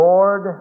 Lord